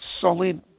solid